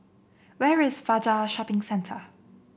where is Fajar Shopping Centre